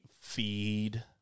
feed